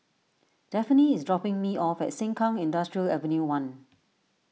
Daphne is dropping me off at Sengkang Industrial Avenue one